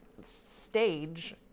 stage